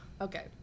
okay